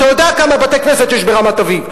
ואתה יודע כמה בתי-כנסת יש ברמת-אביב,